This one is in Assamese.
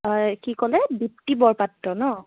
হয় কি ক'লে দিপ্তি বৰপাত্ৰ ন